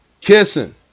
Kissing